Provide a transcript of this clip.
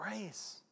Grace